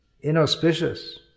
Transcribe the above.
inauspicious